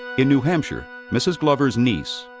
in new hampshire, mrs. glover's niece,